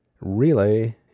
relay